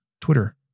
Twitter